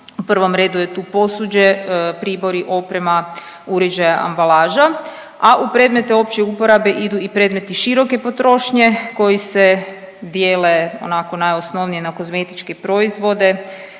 U prvom redu je tu posuđe, pribori, oprema uređaja, ambalaža, a u predmete opće uporabe idu i predmeti široke potrošnje koji se dijele onako najosnovnije na kozmetičke proizvode,